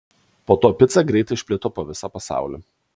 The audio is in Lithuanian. po to pica greitai išplito po visą pasaulį